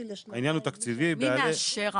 מי מאשר?